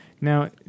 Now